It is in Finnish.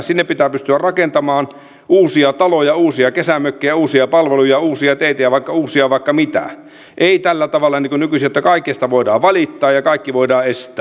sinne pitää pystyä rakentamaan uusia taloja uusia kesämökkejä uusia palveluja uusia teitä ja uusia vaikka mitä ei tällä tavalla niin kuin nykyisin että kaikesta voidaan valittaa ja kaikki voidaan estää